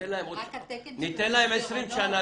ניתן להם 20 שנה